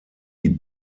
die